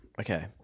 Okay